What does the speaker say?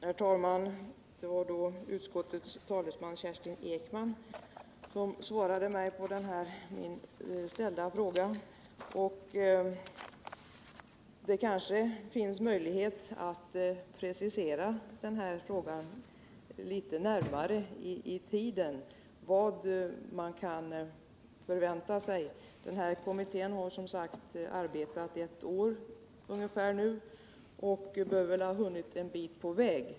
Herr talman! Det var alltså utskottets talesman Kerstin Ekman som svarade på den fråga jag ställde. Och det kanske finns möjlighet att precisera det svaret litet närmare i tiden, när det gäller vad man kan förvänta sig. Kommittén har arbetat ungefär ett år nu och bör ha hunnit en bit på väg.